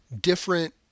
different